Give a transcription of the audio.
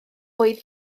oedd